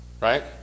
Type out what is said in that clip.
Right